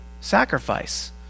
sacrifice